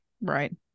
Right